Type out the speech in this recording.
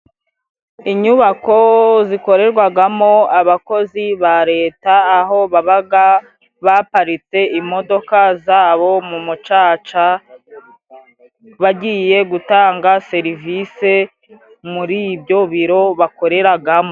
Inyubako zikorerwagamo abakozi ba Leta aho babaga baparitse imodoka zabo, mu mucaca bagiye gutanga serivisi muri ibyo biro bakoregamo.